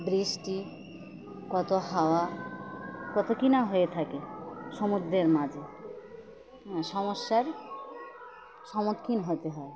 বৃষ্টি কত হাওয়া কত কি না হয়ে থাকে সমুদ্রের মাঝে সমস্যার সম্মুখীন হতে হয়